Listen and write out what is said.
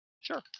Sure